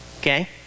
Okay